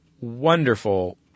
wonderful